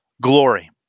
glory